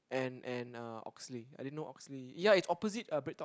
and and uh Oxley I didn't know Oxley ya it's opposite uh BreakTalk